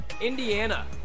Indiana